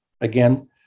again